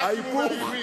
רק אם הוא מהימין.